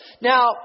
Now